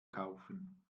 kaufen